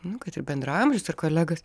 nu kad ir bendraamžius ar kolegas